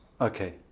Okay